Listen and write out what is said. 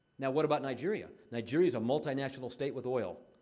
now, what about nigeria? nigeria's a multi-national state with oil.